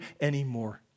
anymore